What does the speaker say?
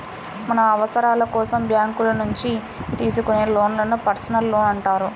మన అవసరాల కోసం బ్యేంకుల నుంచి తీసుకునే లోన్లను పర్సనల్ లోన్లు అంటారు